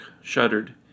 shuddered